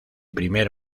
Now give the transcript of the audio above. primer